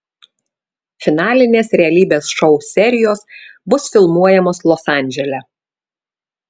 finalinės realybės šou serijos bus filmuojamos los andžele